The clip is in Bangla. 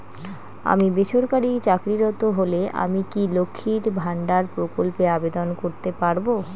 আমি বেসরকারি চাকরিরত হলে আমি কি লক্ষীর ভান্ডার প্রকল্পে আবেদন করতে পারব?